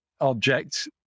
object